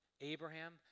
Abraham